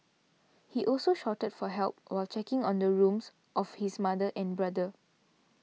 he also shouted for help while checking the rooms of his mother and brother